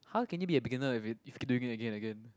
how can it be a beginner if he he keep doing it again and again